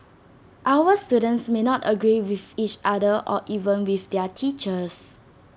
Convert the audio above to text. our students may not agree with each other or even with their teachers